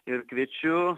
ir kviečiu